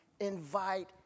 Invite